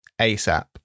asap